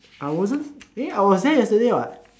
I wasn't eh I was there yesterday [what]